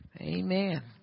amen